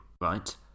right